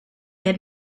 had